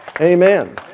Amen